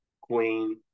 queen